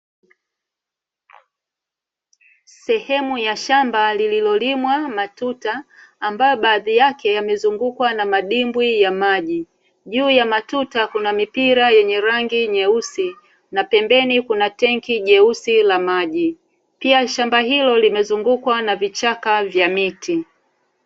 Sehemu ya shamba lililolimwa matuta ambayo baadhi yake yamezungukwa na madimbwi ya maji, juu ya matuta kuna mipira yenye rangi nyeusi na pembeni kuna tenki jeusi la maji pia shamba hilo limezungukwa na vichaka vya miti.